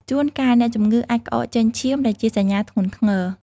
ជួនកាលអ្នកជំងឺអាច ក្អកចេញឈាម ដែលជាសញ្ញាធ្ងន់ធ្ងរ។